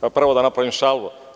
Prvo da napravim šalu.